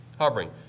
hovering